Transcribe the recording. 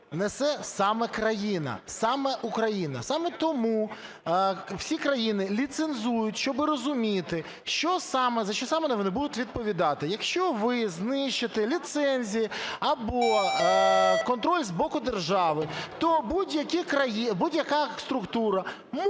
несе саме країна, саме Україна. Саме тому всі країни ліцензують, щоб розуміти, за що саме вони будуть відповідати. Якщо ви знищите ліцензії або контроль з боку держави, то будь-яка структура може